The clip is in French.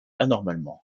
anormalement